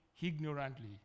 ignorantly